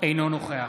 אינו נוכח